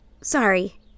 Sorry